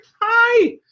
hi